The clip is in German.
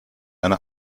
einer